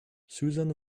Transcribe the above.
susan